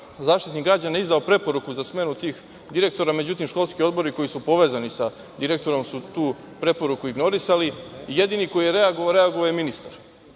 Zaštitnik građana je izdao preporuku za smenu tih direktora, međutim školski odbori koji su povezani sa direktorom su tu preporuku ignorisali. Jedini koji je reagovao, reagovao je ministar.